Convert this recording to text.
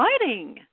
exciting